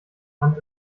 hand